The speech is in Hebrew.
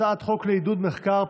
הצעת חוק לעידוד מחקר,